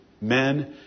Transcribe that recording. men